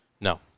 No